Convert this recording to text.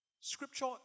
scripture